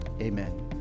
Amen